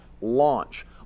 launch